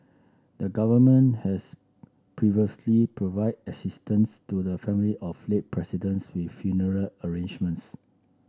the government has previously provided assistance to the family of late Presidents with funeral arrangements